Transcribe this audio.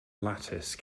lattice